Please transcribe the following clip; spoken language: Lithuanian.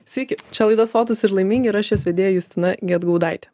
sveiki čia laida sotūs ir laimingi ir aš jos vedėja justina gedgaudaitė